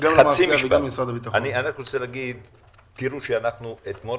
אתמול אשקלון,